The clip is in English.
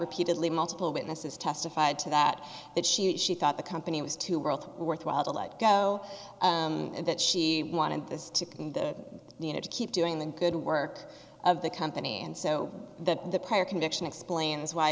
repeatedly multiple witnesses testified to that that she that she thought the company was too world worthwhile to let go and that she wanted this to the you know to keep doing the good work of the company and so that the prior conviction explains why